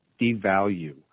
devalue